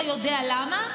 אתה יודע למה?